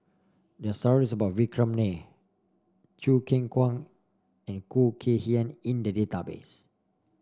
there are stories about Vikram Nair Choo Keng Kwang and Khoo Kay Hian in the database